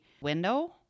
window